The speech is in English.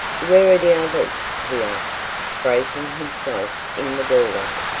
where are the others? he asked, bracing himself in the doorway.